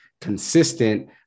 consistent